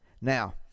Now